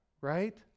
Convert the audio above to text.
Right